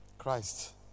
Christ